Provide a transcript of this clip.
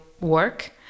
work